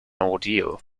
ordeal